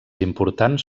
importants